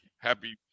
Happy